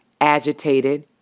agitated